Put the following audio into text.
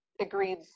agreed